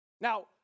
Now